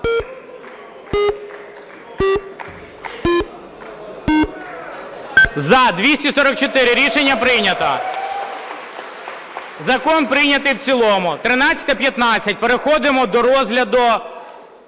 За-244 Рішення прийнято. Закон прийнятий в цілому. 13:15. Переходимо до розгляду